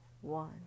one